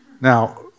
Now